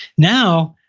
now,